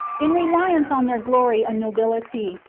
in reliance on their glory a nobility,